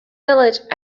village